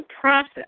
process